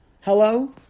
Hello